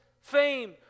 fame